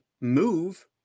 move